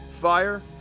Fire